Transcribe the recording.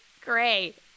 Great